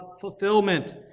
fulfillment